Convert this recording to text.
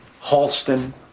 Halston